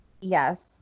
Yes